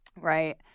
Right